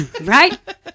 Right